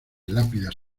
lápidas